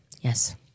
Yes